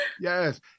Yes